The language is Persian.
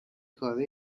کاره